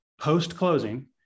post-closing